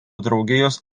draugijos